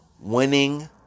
winning